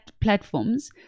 platforms